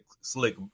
slick